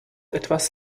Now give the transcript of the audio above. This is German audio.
etwas